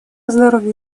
здоровья